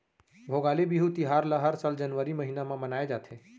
भोगाली बिहू तिहार ल हर साल जनवरी महिना म मनाए जाथे